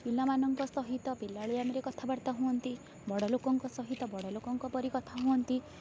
ପିଲା ମାନଙ୍କ ସହିତ ପିଲାଳିଆମିରେ କଥାବାର୍ତ୍ତା ହୁଅନ୍ତି ବଡ଼ ଲୋକଙ୍କ ସହିତ ବଡ଼ ଲୋକଙ୍କ ପରି କଥା ହୁଅନ୍ତି